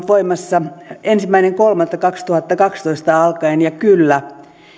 voimassa ensimmäinen kolmatta kaksituhattakaksitoista alkaen ja kyllä